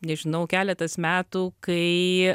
nežinau keletas metų kai